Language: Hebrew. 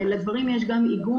לדברים האלה יש גם עיגון